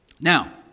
Now